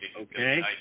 Okay